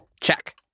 Check